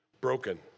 broken